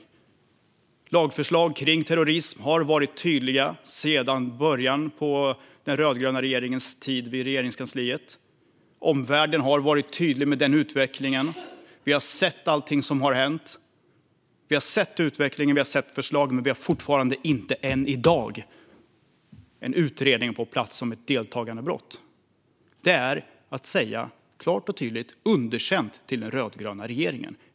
Det är tydligt att lagförslag om terrorism har lagts fram sedan början av den rödgröna regeringens tid i Regeringskansliet. Omvärlden har varit tydlig när det gäller utvecklingen. Vi har sett allt som har hänt, utvecklingen och förslagen, men vi har än i dag inte någon utredning på plats om ett deltagandebrott. Detta är ett klart och tydligt underkännande av den rödgröna regeringen.